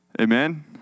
Amen